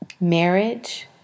marriage